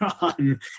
on